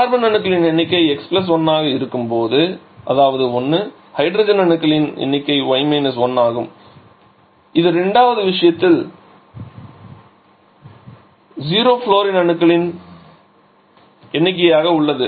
carbon அணுக்களின் எண்ணிக்கை x 1 ஆக இருக்கும் அதாவது 1 ஹைட்ரஜன் அணுக்களின் எண்ணிக்கை y 1 ஆகும் இது 2 வது விசயத்தில் 0 புளோரின் அணுக்களின் எண்ணிக்கையாக உள்ளது